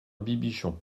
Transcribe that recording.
bibichon